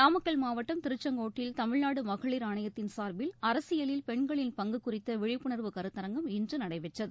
நாமக்கல் மாவட்டம் திருச்செங்கோட்டில் தமிழ்நாடுமகளிர் ஆணையத்தின் சார்பில் அரசியலில் பெண்களின் பங்குகுறித்தவிழிப்புணர்வு கருத்தரங்கம் இன்றுநடைபெற்றது